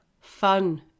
fun